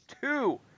two